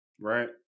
right